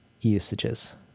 usages